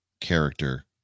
character